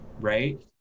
Right